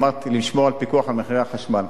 אמרת לשמור על פיקוח על מחירי החשמל.